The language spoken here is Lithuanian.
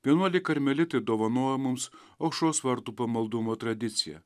vienuoliai karmelitai dovanojo mums aušros vartų pamaldumo tradiciją